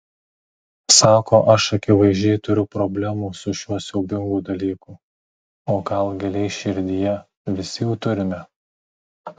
sako aš akivaizdžiai turiu problemų su šiuo siaubingu dalyku o gal giliai širdyje visi jų turime